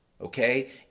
okay